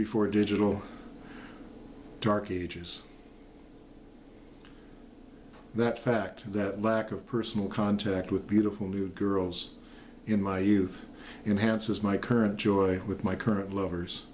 before digital dark ages that fact that lack of personal contact with beautiful new girls in my youth enhanced as my current joy with my current lovers